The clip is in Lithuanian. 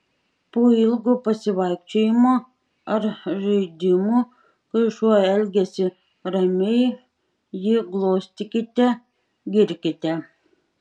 po ilgo pasivaikščiojimo ar žaidimų kai šuo elgiasi ramiai jį glostykite girkite